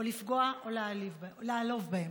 או לפגוע או לעלוב בהן.